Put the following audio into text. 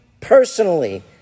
personally